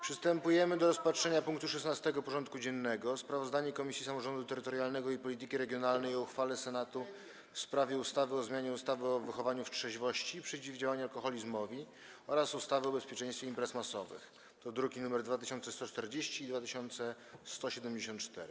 Przystępujemy do rozpatrzenia punktu 16. porządku dziennego: Sprawozdanie Komisji Samorządu Terytorialnego i Polityki Regionalnej o uchwale Senatu w sprawie ustawy o zmianie ustawy o wychowaniu w trzeźwości i przeciwdziałaniu alkoholizmowi oraz ustawy o bezpieczeństwie imprez masowych (druki nr 2140 i 2174)